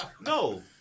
no